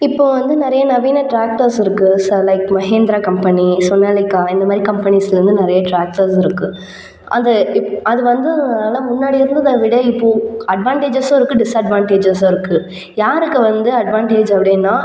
இப்போது வந்து நிறைய நவீன டிராக்டர்ஸ் இருக்கு so like Mahindra company Sonalika இந்தமாரி கம்பெனிஸ்ல இருந்து நிறைய டிராக்டர்ஸ் இருக்கு அதை அப்ப அது வந்து நல்லா முன்னாடி இருந்ததை விட இப்போது அட்வான்டேஜஸும் இருக்கு டிஸ்அட்வான்டேஜஸும் இருக்கு யாருக்கு வந்து அட்வான்டேஜ் அப்படின்னா